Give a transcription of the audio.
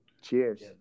Cheers